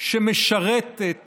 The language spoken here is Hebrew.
שמשרתת